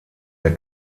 der